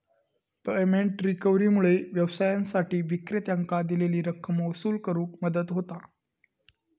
payment रिकव्हरीमुळा व्यवसायांसाठी विक्रेत्यांकां दिलेली रक्कम वसूल करुक मदत होता